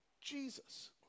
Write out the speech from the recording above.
Jesus